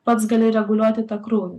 pats gali reguliuoti tą krūvį